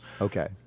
Okay